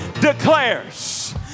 declares